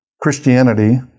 Christianity